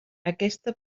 aquesta